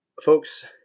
Folks